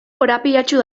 korapilatsu